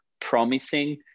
promising